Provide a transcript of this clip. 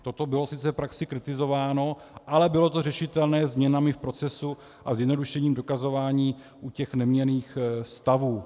Toto bylo sice v praxi kritizováno, ale bylo to řešitelné změnami v procesu a zjednodušením dokazování u neměnných stavů.